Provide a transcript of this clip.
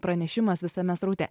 pranešimas visame sraute